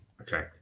Okay